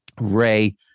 Ray